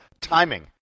timing